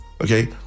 Okay